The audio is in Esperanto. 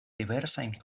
diversajn